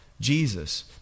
Jesus